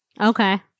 Okay